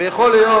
ויכול להיות,